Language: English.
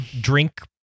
drink